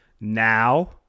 Now